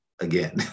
again